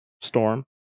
Storm